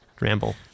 ramble